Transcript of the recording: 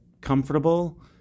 comfortable